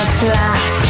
flat